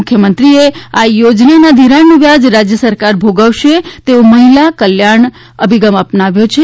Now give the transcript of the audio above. મુખ્યમંત્રીએ આ યોજનાના ધિરાણનું વ્યાજ રાજ્ય સરકાર ભોગવશે તેવો મહિલા કલ્યાણ અભિગમ અપનાવ્યો છે